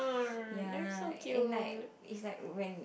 ya and like it's like when